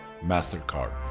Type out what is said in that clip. Mastercard